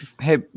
Hey